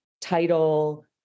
title